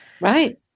Right